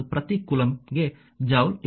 ಆದ್ದರಿಂದ v 26